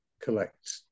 collect